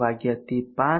વાગ્યાથી 5 p